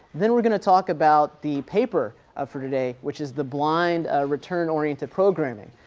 then we're going to talk about the paper ah for today, which is the blind ah return oriented programming.